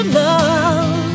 love